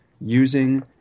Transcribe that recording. using